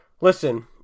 listen